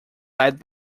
led